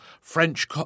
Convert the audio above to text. French